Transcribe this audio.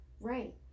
Right